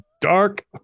dark